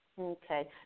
Okay